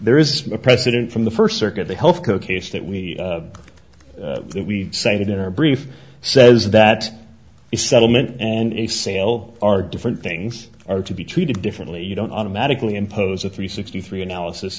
there is a precedent from the first circuit the health care case that we cited in our brief says that the settlement and a sale are different things are to be treated differently you don't automatically impose a three sixty three analysis